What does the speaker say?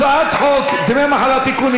הצעת חוק דמי מחלה (תיקון,